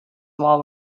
while